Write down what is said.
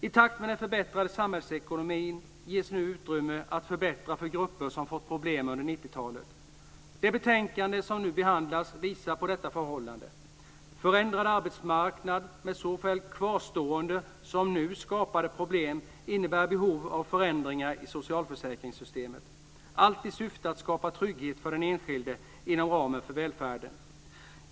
I takt med den förbättrade samhällsekonomin ges nu utrymme att förbättra för grupper som fått problem under 90-talet. Det betänkande som nu behandlas visar på detta förhållande. Förändrad arbetsmarknad med såväl kvarstående som nu skapade problem innebär behov av förändringar i socialförsäkringssystemet, allt i syfte att skapa trygghet för den enskilde inom ramen för välfärden.